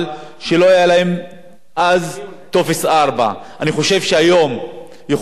אז טופס 4. אני חושב שהיום יכולים לעשות את זה,